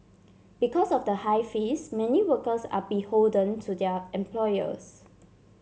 because of the high fees many workers are beholden to their employers